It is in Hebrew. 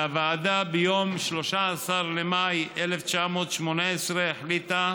הוועדה, ביום 13 במאי 2018, החליטה